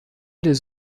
les